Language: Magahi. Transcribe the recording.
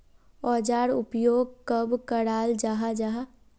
औजार उपयोग कब कराल जाहा जाहा?